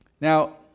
Now